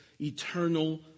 eternal